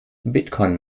bitcoin